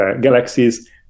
galaxies